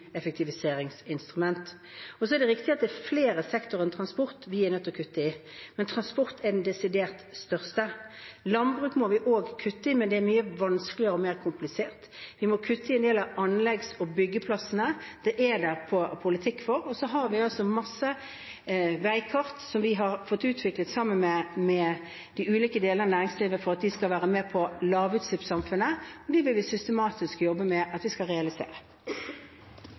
Så er det riktig at det er flere sektorer enn transport vi er nødt til å kutte i, men transport er den desidert største. Landbruk må vi også kutte i, men det er mye vanskeligere og mer komplisert. Vi må kutte i en del av anleggs- og byggeplassene. Det er det politikk for. Så har vi mange veikart som vi har fått utviklet sammen med de ulike delene av næringslivet for at de skal være med på lavutslippssamfunnet. Det vil vi systematisk jobbe